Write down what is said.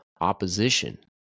Opposition